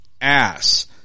ass